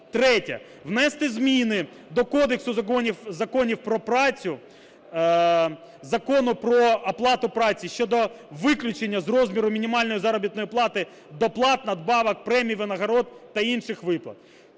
третє – внести зміни до Кодексу законів про працю, Закону "Про оплату праці" щодо виключення з розміру мінімальної заробітної плати доплат, надбавок, премій, винагород та інших виплат;